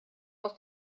aus